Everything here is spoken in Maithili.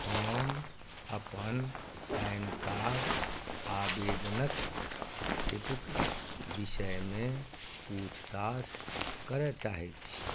हम अपन पैन कार्ड आबेदनक स्थितिक बिषयमे पूछताछ करऽ चाहैत छी